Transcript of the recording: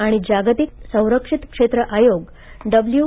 आणि जागतिक संरक्षित क्षेत्र आयोग डब्लु